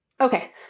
Okay